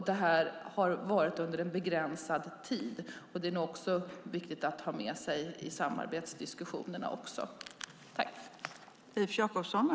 Detta har skett under en begränsad tid; det är också viktigt att ha med sig i samarbetsdiskussionerna.